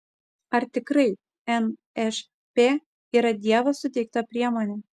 ar tikrai nšp yra dievo suteikta priemonė